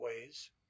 ways